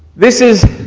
this is